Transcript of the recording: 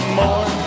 more